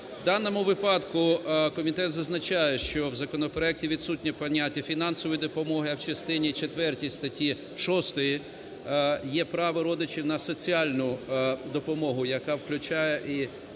В даному випадку комітет зазначає, що в законопроекті відсутнє поняття фінансової допомоги, а в частині четвертій статті 6 є право родичів на соціальну допомогу, яка включає і